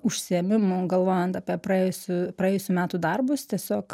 užsiėmimų galvojant apie praėjusių praėjusių metų darbus tiesiog